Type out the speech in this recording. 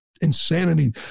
insanity